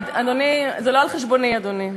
אדוני, זה לא על חשבוני, אדוני.